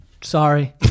Sorry